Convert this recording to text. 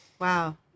Wow